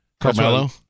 Carmelo